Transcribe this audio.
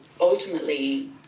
ultimately